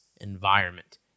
environment